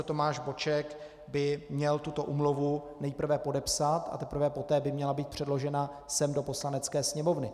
Tomáš Boček by měl tuto úmluvu nejprve podepsat, a teprve poté by měla být předložena sem do Poslanecké sněmovny.